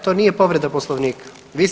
To nije povreda Poslovnika.